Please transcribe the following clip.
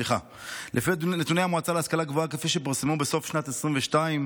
כפי שפורסמו בסוף שנת 2022,